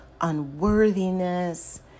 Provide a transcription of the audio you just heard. unworthiness